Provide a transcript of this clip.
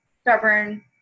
stubborn